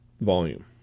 volume